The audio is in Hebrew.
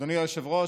אדוני היושב-ראש,